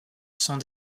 sont